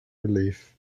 relief